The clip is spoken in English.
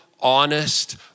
honest